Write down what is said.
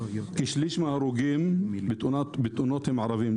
כשליש מההרוגים בתאונות הם ערבים.